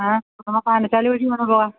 ആ അപ്പോള് നമക്ക് ആനച്ചാല് വഴിയങ്ങു പോവാം